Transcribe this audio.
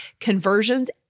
conversions